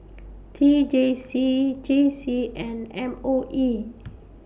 T J C J C and M O E